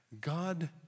God